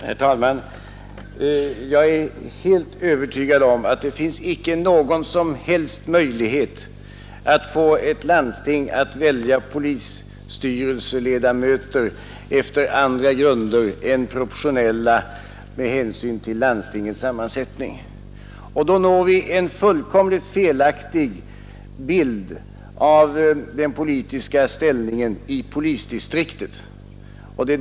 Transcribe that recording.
Herr talman! Jag är helt övertygad om att det icke finns någon som helst möjlighet att få ett landsting att välja polisstyrelseledamöter efter andra grunder än proportionella med hänsyn till landstingets sammansättning, och då får vi en fullständigt felaktig bild av den politiska ställningen i polisdistriktet.